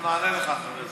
אנחנו נענה לך אחרי זה.